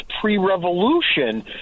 pre-revolution